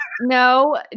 no